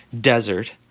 desert